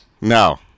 no